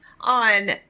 on